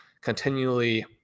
continually